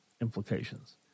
implications